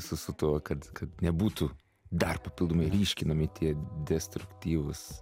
su su tuo kad kad nebūtų dar papildomai ryškinami tie destruktyvūs